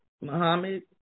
muhammad